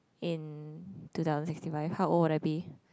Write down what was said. in two thousand sixty five how old would I be